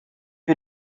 you